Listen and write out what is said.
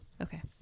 Okay